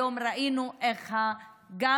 היום גם ראינו איך העסקים,